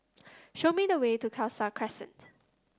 show me the way to Khalsa Crescent